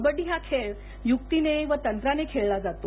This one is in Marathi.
कबडडी हा खेळ यक्तीने तंत्राने खेळला जातो